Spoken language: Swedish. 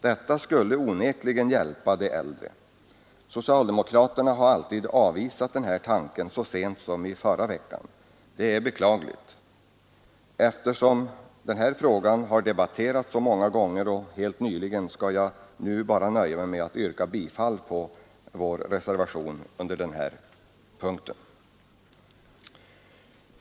Detta skulle onekligen hjälpa de äldre. Socialdemokraterna har alltid avvisat denna tanke — även så sent som i förra veckan. Det är beklagligt. Eftersom denna fråga har debatterats så många gånger, och helt nyligen, skall jag nöja mig med att endast yrka bifall till vår reservation under den här punkten.